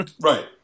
Right